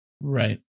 Right